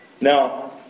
Now